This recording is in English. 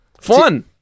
Fun